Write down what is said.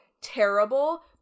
terrible